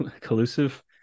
collusive